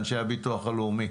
אנשי הביטוח הלאומי,